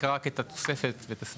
תקרא רק את התוספת ותסביר.